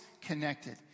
connected